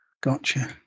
Gotcha